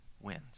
wins